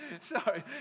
sorry